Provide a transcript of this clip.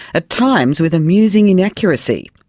at times with amusing inaccuracy.